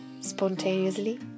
Spontaneously